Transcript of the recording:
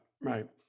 right